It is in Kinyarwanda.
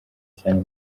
cyane